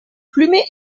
plumet